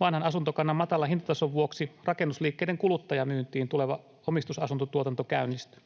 vanhan asuntokannan matalan hintatason vuoksi rakennusliikkeiden kuluttajamyyntiin tuleva omistusasuntotuotanto käynnisty.